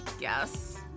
Yes